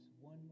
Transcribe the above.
One